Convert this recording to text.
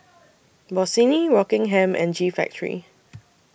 Bossini Rockingham and G Factory